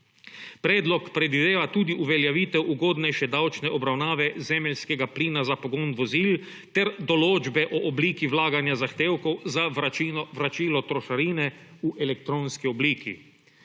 Predlog predvideva tudi uveljavitev ugodnejše davčne obravnave zemeljskega plina za pogon vozil, ter določbe o obliki vlaganja zahtevkov za vračilo trošarine v elektronski obliki.